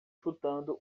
chutando